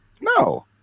No